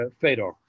Fedor